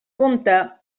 compte